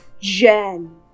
Jen